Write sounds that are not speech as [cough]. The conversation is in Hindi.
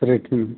[unintelligible]